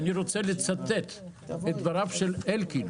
אני רוצה לצטט את דבריו של אלקי.